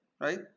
Right